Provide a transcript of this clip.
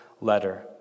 letter